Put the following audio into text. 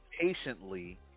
patiently